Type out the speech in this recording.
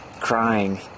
crying